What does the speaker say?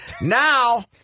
Now